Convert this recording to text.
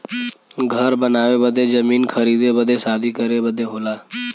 घर बनावे बदे जमीन खरीदे बदे शादी करे बदे होला